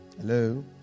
Hello